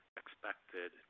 expected